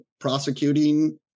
prosecuting